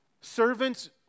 Servants